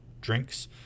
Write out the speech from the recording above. drinks